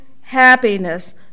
happiness